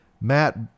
Matt